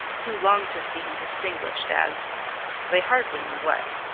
who longed to see him distinguished as they hardly knew what.